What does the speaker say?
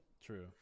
true